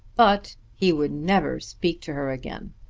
but he would never speak to her again!